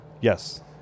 Yes